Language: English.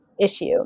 issue